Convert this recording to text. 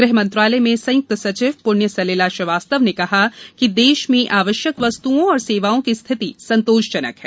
गृह मंत्रालय में संयुक्त सचिव पुण्य सलिला श्रीवास्तव ने कहा कि देश में आवश्यक वस्तुआँ और सेवाओं की स्थिति संतोषजनक है